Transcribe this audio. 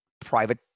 private